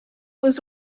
was